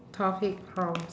topic prompts